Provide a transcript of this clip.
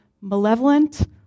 malevolent